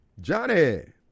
Johnny